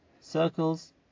circles